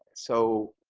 so,